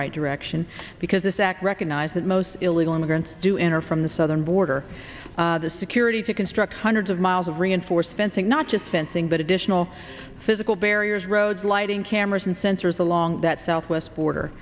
right direction because this act recognize that most illegal immigrants do enter from the southern border the security to construct hundreds of miles of reinforced fencing not just fencing but additional physical barriers roads lighting cameras and sensors along that southwest border